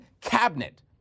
cabinet